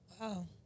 Wow